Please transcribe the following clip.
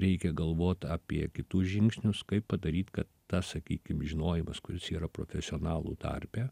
reikia galvot apie kitus žingsnius kaip padaryt kad tas sakykim žinojimas kuris yra profesionalų tarpe